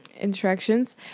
instructions